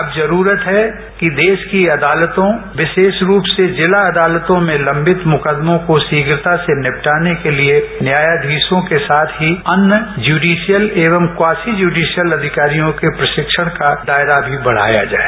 अब जरूरत है कि देश की अदालतों विशेष रूप से जिला अदालतों में लवित मुकदमों को शीघ्रता से निपटाने के लिए न्यायाधीशों के साथ ही अन्य ज्यूडिशियल एवं क्वॉसी ज्यूडिशियल अधिकारियों के प्रशिक्षण का दायरा भी बढ़ाया जाए